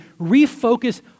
refocus